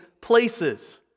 places